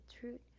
truth